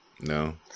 No